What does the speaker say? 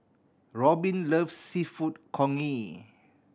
Robbin loves Seafood Congee